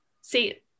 See